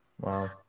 Wow